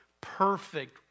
perfect